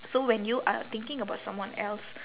so when you are thinking about someone else